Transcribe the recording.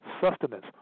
sustenance